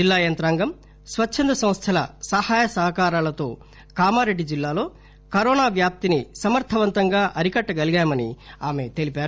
జిల్లా యంత్రాంగం స్వచ్చంద సంస్గల సహాయ సహకారాలతో కామారెడ్డి జిల్లాలో కరోనా వ్యాప్తిని సమర్గవంతంగా అరికట్టగాలిగమని ఆమె జరిగిందని తెలిపారు